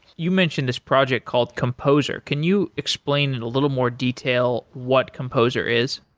you mentioned this project called composer. can you explain a little more detail what composer is?